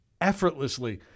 effortlessly